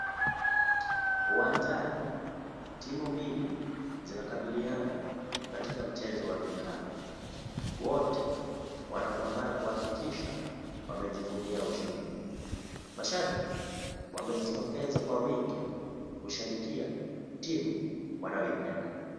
Uwanjani, timu mbili zinakabiliana katika mchezo wa vikapu, wote wanapambana kuhakikisha wamejivunia ushindi, mashabik wamejitokeza kwa wingi kushabikia timu, wanayoipenda.